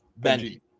benji